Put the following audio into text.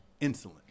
insulin